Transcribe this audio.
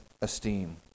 esteem